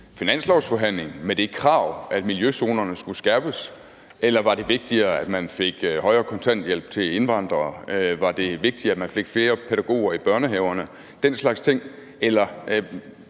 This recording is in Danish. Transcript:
finanslovsforhandlingen med det krav, at miljøzonerne skulle skærpes, eller var det vigtigere, at man fik højere kontanthjælp til indvandrere? Var det vigtigere, at man fik flere pædagoger i børnehaverne – den slags ting? Jeg